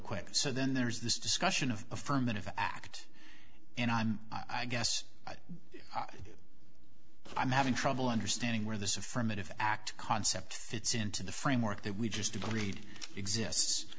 quick so then there's this discussion of affirmative act and i'm i guess i'm having trouble understanding where this affirmative act concept fits into the framework that we just agreed exists